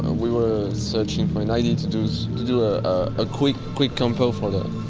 we were searching for an idea to do to do a ah quick quick compo for the